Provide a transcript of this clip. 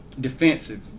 defensive